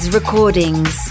recordings